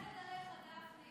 אני סומכת עליך, גפני.